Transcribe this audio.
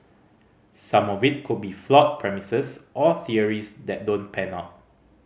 some of it could be flawed premises or theories that don't pan out